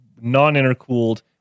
non-intercooled